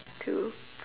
too